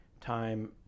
time